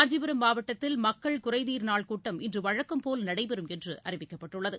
காஞ்சிபுரம் மாவட்டத்தில் மக்கள் குறைதீர் நாள் கூட்டம் இன்று வழக்கம் போல் நடைபெறும் என்று அறிவிக்கப்பட்டுள்ளது